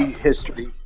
history